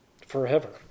Forever